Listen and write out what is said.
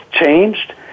changed